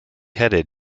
headed